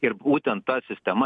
ir būtent ta sistema